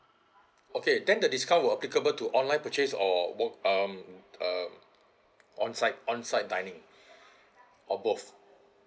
okay then the discount will applicable to online purchase or um um on site on site dining or both